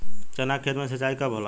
चना के खेत मे सिंचाई कब होला?